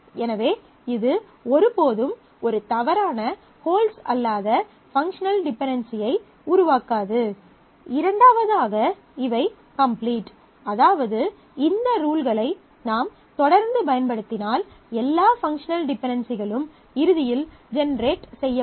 எனவே இது ஒருபோதும் ஒரு தவறான ஹோல்ட்ஸ் அல்லாத பங்க்ஷனல் டிபென்டென்சியை உருவாக்காது இரண்டாவதாக இவை கம்ப்ளீட் அதாவது இந்த ரூல்களை நாம் தொடர்ந்து பயன்படுத்தினால் எல்லா பங்க்ஷனல் டிபென்டென்சிகளும் இறுதியில் ஜெனெரேட் செய்யப்படும்